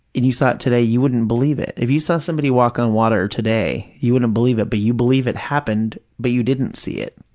and you saw it today, you wouldn't believe it. if you saw somebody walk on water today, you wouldn't believe it, but you believe it happened but you didn't see it.